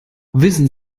wissen